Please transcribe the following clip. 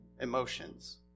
emotions